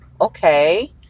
okay